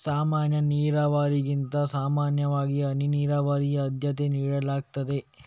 ಸಾಮಾನ್ಯ ನೀರಾವರಿಗಿಂತ ಸಾಮಾನ್ಯವಾಗಿ ಹನಿ ನೀರಾವರಿಗೆ ಆದ್ಯತೆ ನೀಡಲಾಗ್ತದೆ